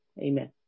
Amen